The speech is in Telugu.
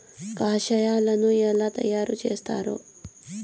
కషాయాలను ఎలా తయారు చేస్తారు?